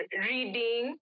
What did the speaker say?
reading